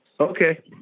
Okay